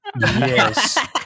yes